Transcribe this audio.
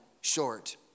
short